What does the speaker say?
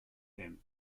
them